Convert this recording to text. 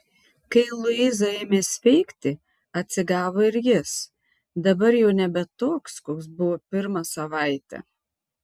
kai luiza ėmė sveikti atsigavo ir jis dabar jau nebe toks koks buvo pirmą savaitę